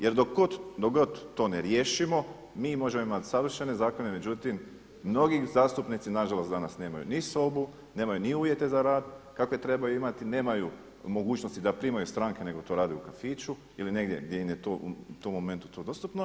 Jer dok god to ne riješimo mi možemo imati savršene zakone, međutim mnogi zastupnici na žalost danas nemaju ni sobu, nemaju ni uvjete za rad kakve trebaju imati, nemaju mogućnosti da primaju stranke nego to rade u kafiću ili negdje gdje im je to u tom momentu to dostupno.